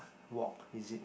work is it